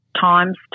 times